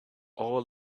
all